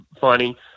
funny